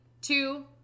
two